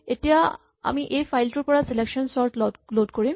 এতিয়া আমি এই ফাইল টোৰ পৰা চিলেকচন চৰ্ট ল'ড কৰিম